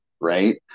Right